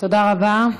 תודה רבה.